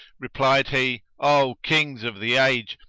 replied he, o kings of the age,